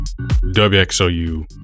WXOU